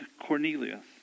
Cornelius